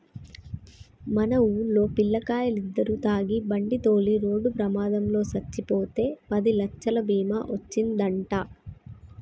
మన వూల్లో పిల్లకాయలిద్దరు తాగి బండితోలి రోడ్డు ప్రమాదంలో సచ్చిపోతే పదిలచ్చలు బీమా ఒచ్చిందంట